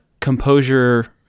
composure